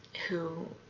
who